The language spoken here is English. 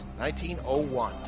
1901